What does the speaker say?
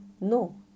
No